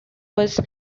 was